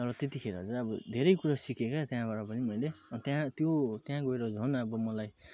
त्यहाँबाट त्यतिखेर चाहिँ अब धेरै कुरा सिकेँ क्या त्यहाँबाट पनि मैले त्यहाँ त्यो त्यहाँ गएर झन् अब मलाई